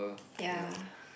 ya